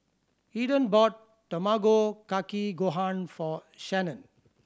Eden bought Tamago Kake Gohan for Shanon